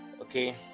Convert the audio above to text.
okay